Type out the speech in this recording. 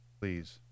please